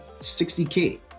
60k